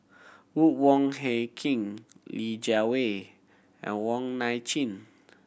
Ruth Wong Hie King Li Jiawei and Wong Nai Chin